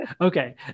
Okay